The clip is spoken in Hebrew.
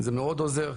זה מאוד עוזר.